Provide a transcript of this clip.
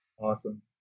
Awesome